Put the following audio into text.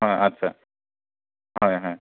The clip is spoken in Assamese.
হয় আচ্ছা হয় হয়